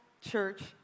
church